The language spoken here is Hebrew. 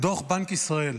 דוח בנק ישראל.